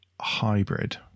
hybrid